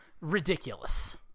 ridiculous